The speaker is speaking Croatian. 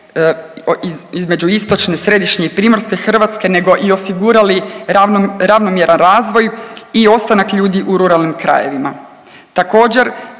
između istočne, središnje i primorske Hrvatske, nego i osigurali ravnomjeran razvoj i ostanak ljudi u ruralnim krajevima.